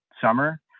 summer